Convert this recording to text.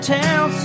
town